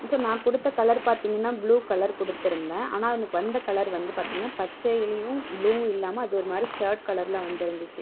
so நான் கொடுத்த colour பார்த்திங்கனா ப்ளூ கலர் கொடுத்துருந்தேன் ஆனால் எனக்கு வந்த கலர் வந்து பார்த்திங்கனா பச்சையிலையும் ப்ளூவும் இல்லாமல் அது ஒரு மாதிரி ஷேட் கலரில் வந்துருந்துச்சு